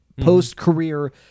post-career